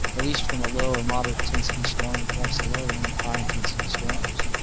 at least from a low or moderate intensity storm and perhaps a lower end of high intensity storms.